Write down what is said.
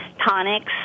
tonics